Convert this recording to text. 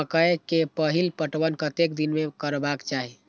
मकेय के पहिल पटवन कतेक दिन में करबाक चाही?